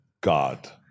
God